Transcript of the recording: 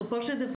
שבסופו של דבר